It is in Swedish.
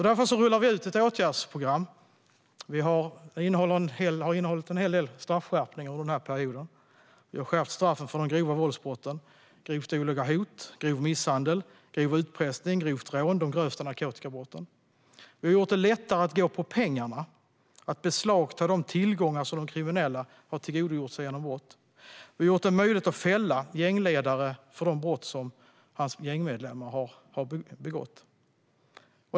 Därför rullar vi ut ett åtgärdsprogram som har innehållit en hel del straffskärpningar under perioden. Vi har skärpt straffen för de grova våldsbrotten: grovt olaga hot, grov misshandel, grov utpressning, grovt rån och de grövsta narkotikabrotten. Vi har gjort det lättare att gå på pengarna och beslagta tillgångar som kriminella har tillgodogjort sig genom brott. Vi har gjort det möjligt att fälla en gängledare för de brott hans gängmedlemmar har begått.